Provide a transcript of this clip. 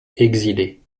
exilée